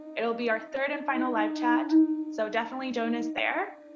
it will be our third and final live chat so definitely join us there.